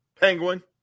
Penguin